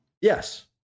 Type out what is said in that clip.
yes